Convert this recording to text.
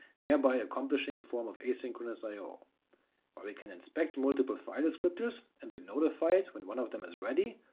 thereby accomplishing a form of asynchronous i o while we can inspect multiple file descriptors and be notified when one of them is ready,